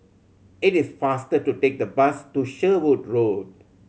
it is faster to take the bus to Sherwood Road